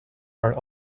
are